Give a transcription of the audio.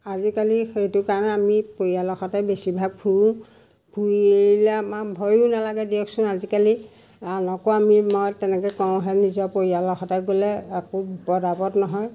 আজিকালি সেইটো কাৰণে আমি পৰিয়ালৰ সৈতে বেছিভাগ ফুৰোঁ ফুৰিলে আমাৰ ভয়ো নালাগে দিয়কচোন আজিকালি আ নকওঁ আমি মই তেনেকৈ কওঁহে নিজৰ পৰিয়ালৰ সৈতে গ'লে একো বিপদ আপদ নহয়